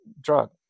drug